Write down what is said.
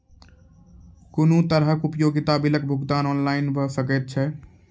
कुनू तरहक उपयोगिता बिलक भुगतान ऑनलाइन भऽ सकैत छै?